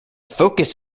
focus